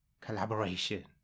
Collaboration